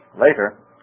later